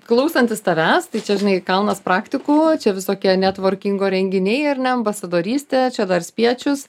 klausantis tavęs tai čia žinai kalnas praktikų čia visokie netvorkingo renginiai ir neambasadorystė čia dar spiečius